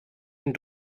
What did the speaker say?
den